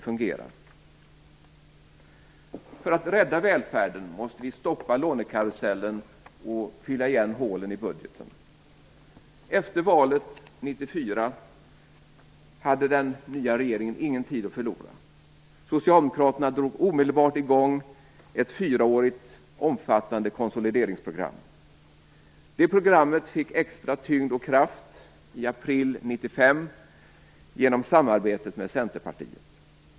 För att rädda välfärden måste vi stoppa lånekarusellen och fylla igen hålen i budgeten. Efter valet 1994 hade den nya regeringen ingen tid att förlora. Socialdemokraterna drog omedelbart i gång ett fyraårigt omfattande konsolideringsprogram. Det programmet fick extra tyngd och kraft i april 1995 genom samarbete med Centerpartiet.